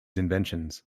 inventions